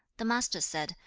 the master said,